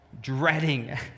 dreading